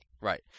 Right